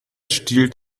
stiehlt